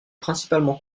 principalement